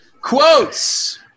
Quotes